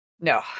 No